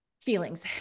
feelings